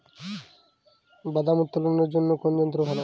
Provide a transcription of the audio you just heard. বাদাম উত্তোলনের জন্য কোন যন্ত্র ভালো?